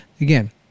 again